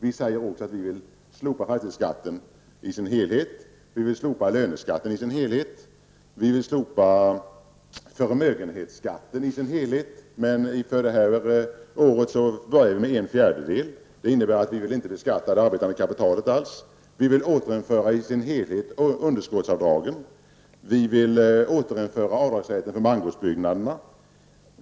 Vi säger vidare att vi vill slopa fastighetsskatten i dess helhet liksom vi till fullo vill slopa löneskatten och förmögenhetsskatten. Inför detta år börjar vi dock med en fjärdedel. Vi vill inte beskatta det arbetande kapitalet alls. Vi vill återinföra underskottsavdragen i sin helhet, och vi vill återinföra avdragsrätten för mangårdsbyggnaderna.